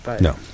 No